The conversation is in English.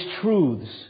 truths